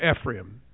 Ephraim